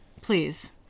please